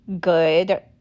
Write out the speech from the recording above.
good